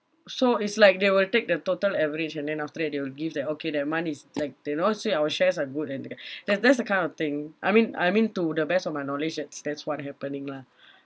so it's like they will take the total average and then after that they will give that okay that month is like they know say our shares are good and they can that's that's the kind of thing I mean I mean to the best of my knowledge that's that's what happening lah